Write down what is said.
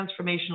transformational